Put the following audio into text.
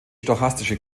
stochastische